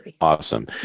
awesome